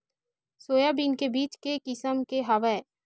Soybean के बीज के किसम के हवय?